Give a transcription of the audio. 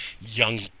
young